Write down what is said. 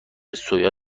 سویا